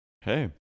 Hey